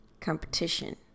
Competition